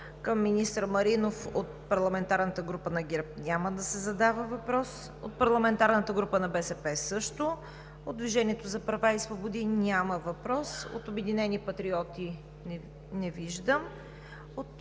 към министър Маринов. От парламентарната група на ГЕРБ няма да се задава въпрос, от парламентарната група на БСП – също, от „Движението за права и свободи“ – няма въпрос, от „Обединени патриоти“ – не виждам.